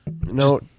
No